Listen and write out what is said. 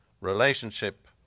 relationship